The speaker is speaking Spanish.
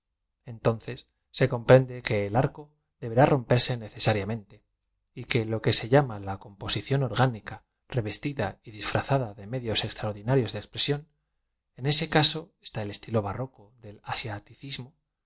todces se comprende que ol arco deberá romperse ne cestri ámente y que lo que se llam a la composición orgánica revestida y disfrazada de medios extraor dinarios de expresión en ese caso está el estilo barro co del abíaticismo